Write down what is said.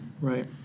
Right